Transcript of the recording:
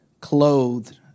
clothed